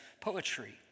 poetry